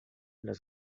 las